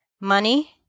money